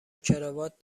کراوات